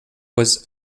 was